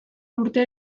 urte